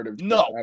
No